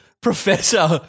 professor